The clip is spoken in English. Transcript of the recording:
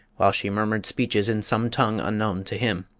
while she murmured speeches in some tongue unknown to him.